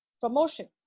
Promotion